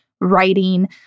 writing